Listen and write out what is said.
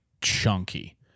chunky